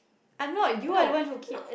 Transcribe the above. I'm not you are the one who keep